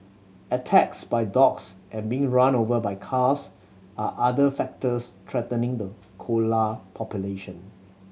attacks by dogs and being run over by cars are other factors threatening the koala population